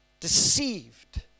deceived